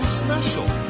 special